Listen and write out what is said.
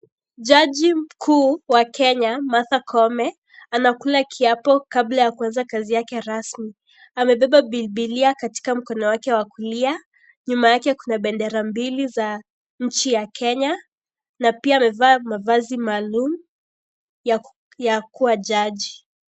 Jaji Mkuu wa Kenya, Martha Koome, anakula kiapo kabla ya kuanza kazi yake rasmi. Amebeba biblia katika mkono wake wakulia. Nyuma yake kuna bendera mbili za nchi ya Kenya, na pia hameva mavazi maalum ya kuwa jaji.